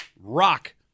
rock